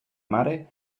mare